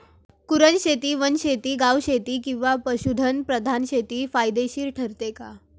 कुरणशेती, वनशेती, गवतशेती किंवा पशुधन प्रधान शेती फायदेशीर ठरते का?